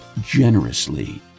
generously